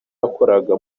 yakoraga